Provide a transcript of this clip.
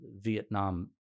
Vietnam